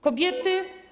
Kobiety.